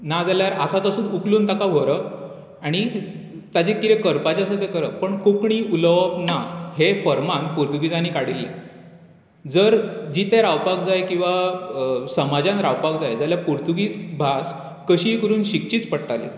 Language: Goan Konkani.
ना जाल्यार आसा तसोच उखलून ताका व्हरप आनी ताचें कितें करपाचें आसा तें करप पण कोंकणी उलोवप ना हें फर्मान पुर्तुगीजांनी काडिल्लें जर जितें रावपाक जाय किंवां समाजांत रावपाक जाय जाल्यार पुर्तुगीज भास कशीय करून शिकचीच पडटाली